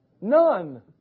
None